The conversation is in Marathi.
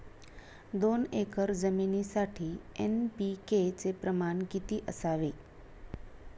दोन एकर जमीनीसाठी एन.पी.के चे प्रमाण किती असावे?